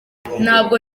ntabwo